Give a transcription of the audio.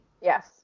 Yes